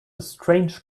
strange